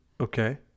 Okay